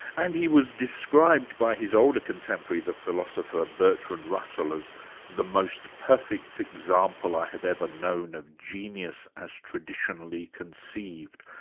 and he was described by his older contemporary, the philosopher bertrand russell, as the most perfect example i have ever known of genius as traditionally conceived,